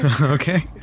Okay